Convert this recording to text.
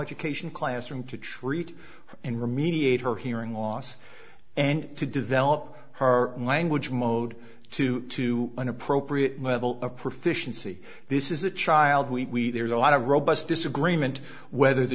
education classroom to treat and remediate her hearing loss and to develop our language mode two to an appropriate level of proficiency this is a child we there's a lot of robust disagreement whether the